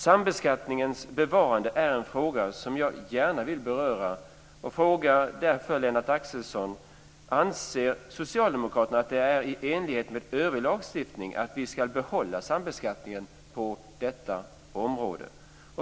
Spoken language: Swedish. Sambeskattningens bevarande är en fråga som jag gärna vill beröra och frågar därför Lennart Axelsson: Anser ni socialdemokrater att det är i enlighet med övrig lagstiftning att vi ska behålla sambeskattningen på detta område?